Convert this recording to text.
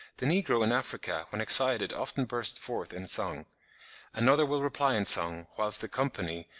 the negro in africa when excited often bursts forth in song another will reply in song, whilst the company,